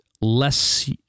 less